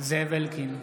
זאב אלקין,